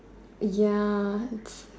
ya it's